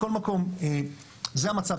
מכל מקום זה המצב,